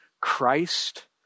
Christ